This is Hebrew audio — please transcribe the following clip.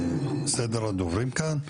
לסדר הדוברים כאן.